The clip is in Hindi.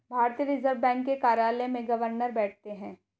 भारतीय रिजर्व बैंक के कार्यालय में गवर्नर बैठते हैं